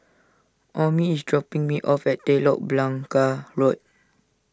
Omie is dropping me off at Telok Blangah Road